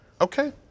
Okay